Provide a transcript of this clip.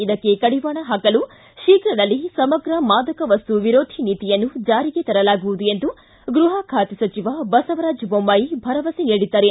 ಇದಕ್ಕೆ ಕಡಿವಾಣ ಪಾಕಲು ಶೀಘ್ರದಲ್ಲೇ ಸಮಗ್ರ ಮಾದಕ ವಸ್ತು ವಿರೋಧಿ ನೀತಿಯನ್ನು ಜಾರಿಗೆ ತರಲಾಗುವುದು ಎಂದು ಗೃಪ ಖಾತೆ ಸಚಿವ ಬಸವರಾಜ ಬೊಮ್ಮಾಯಿ ಭರವಸೆ ನೀಡಿದ್ದಾರೆ